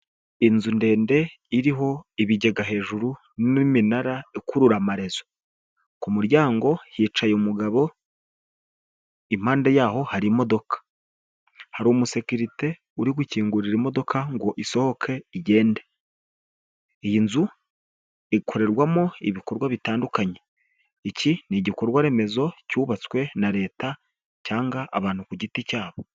Inzu ndende iriho ibigega hejuru n'iminara ikurura amarazo ku muryango hicaye umugabo impande yaho hari imodoka hari umusekerite uri gukingurira imodoka ngo isohoke igende iyi nzu ikorerwamo ibikorwa bitandukanye iki ni igikorwa remezo cyubatswe na leta cyangwa abantu ku giti cyabo.